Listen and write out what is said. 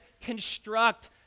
construct